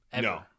No